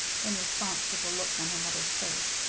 in response to the look on her mother's face.